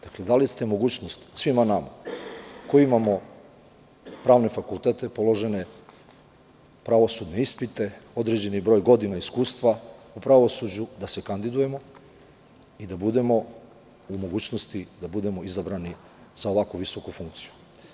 Dali ste mogućnost svima nama koji imamo pravne fakultete, položene pravosudne ispite, određeni broj godina iskustva u pravosuđu da se kandidujemo i da budemo u mogućnosti da budemo izabrani za ovako visoku funkciju.